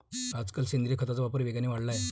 आजकाल सेंद्रिय खताचा वापर वेगाने वाढला आहे